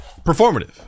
performative